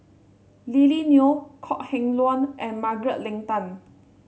Lily Neo Kok Heng Leun and Margaret Leng Tan